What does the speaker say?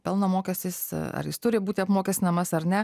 pelno mokestis ar jis turi būti apmokestinamas ar ne